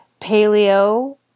paleo